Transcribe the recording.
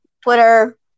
Twitter